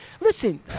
listen